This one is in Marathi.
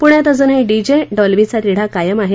पुण्यात अजूनही डीजे डॉल्बीचा तिढा कायम आहे